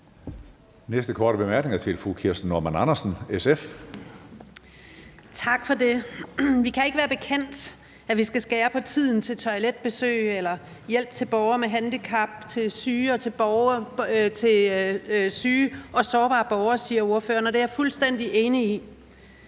Kirsten Normann Andersen, SF. Kl. 11:33 Kirsten Normann Andersen (SF): Tak for det. Vi kan ikke være bekendt, at vi skal skære ned på tiden til toiletbesøg eller hjælp til borgere med handicap, til syge og sårbare borgere, siger ordføreren, og det er jeg fuldstændig enig i.